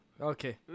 Okay